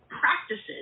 practices